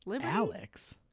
alex